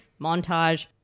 montage